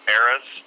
eras